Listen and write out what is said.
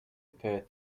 per